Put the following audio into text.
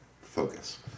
focus